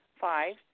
Five